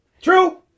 True